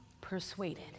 persuaded